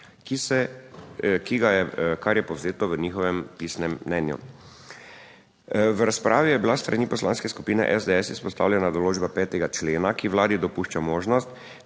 kar je povzeto v njihovem pisnem mnenju. V razpravi je bila s strani Poslanske skupine SDS izpostavljena določba 5. člena, ki Vladi dopušča možnost,